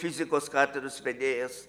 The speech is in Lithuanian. fizikos katedros vedėjas